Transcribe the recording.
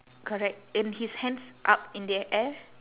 correct and his hands up in the air